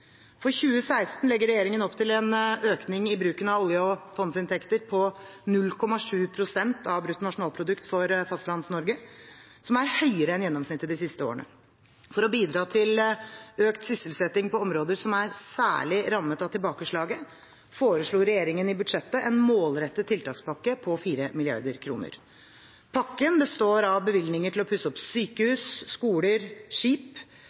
For 2016 legger regjeringen opp til en økning i bruken av olje- og fondsinntekter på 0,7 pst. av bruttonasjonalproduktet for Fastlands-Norge, som er høyere enn gjennomsnittet de siste årene. For å bidra til økt sysselsetting på områder som er særlig rammet av tilbakeslaget, foreslo regjeringen i budsjettet en målrettet tiltakspakke på 4 mrd. kr. Pakken består av bevilgninger til å pusse opp sykehus, skoler og skip,